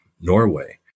Norway